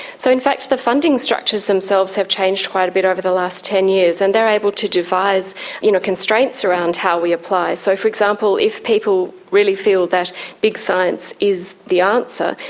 so in fact the funding structures themselves have changed quite a bit over the last ten years, and they are able to devise you know constraints around how we apply. so, for example, if people really feel that big science is the answer,